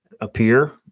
appear